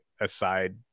aside